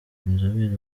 inzobere